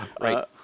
right